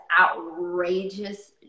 outrageous